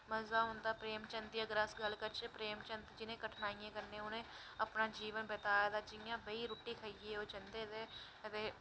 मजा औंदा अगर अस प्रेम चन्द दी गल्ल करचै प्रेम चन्द जिनें कठिनाईयें कन्नै उनें अपना जीवन बताए दा जियां बेही रुट्टी खाइयै ओह् जंदे हे ते